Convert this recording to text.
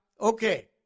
Okay